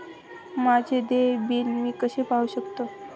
माझे देय बिल मी कसे पाहू शकतो?